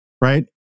right